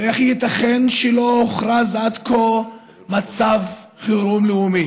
ואיך ייתכן שלא הוכרז עד כה מצב חירום לאומי,